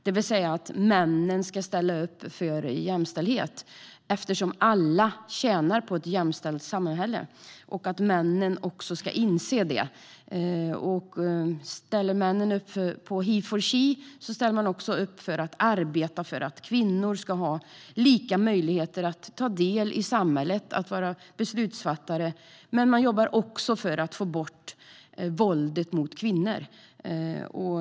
Den handlar om att männen ska ställa upp för jämställdhet, eftersom alla tjänar på ett jämställt samhälle, vilket också männen ska inse. Ställer männen upp på Heforshe ställer de också upp för att arbeta för att kvinnor ska ha samma möjligheter att delta i samhällslivet och att vara beslutsfattare. Man jobbar också för att få bort våldet mot kvinnor.